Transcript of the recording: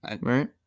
Right